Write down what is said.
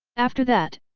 after that,